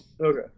Okay